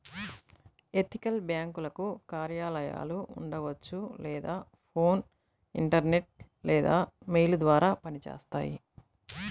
ethical బ్యేంకులకు కార్యాలయాలు ఉండవచ్చు లేదా ఫోన్, ఇంటర్నెట్ లేదా మెయిల్ ద్వారా పనిచేస్తాయి